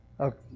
okay